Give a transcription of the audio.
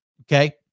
Okay